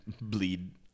bleed